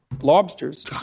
lobsters